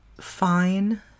fine